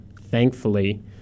thankfully